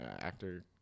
actor